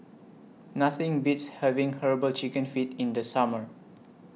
Nothing Beats having Herbal Chicken Feet in The Summer